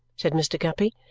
said mr. guppy.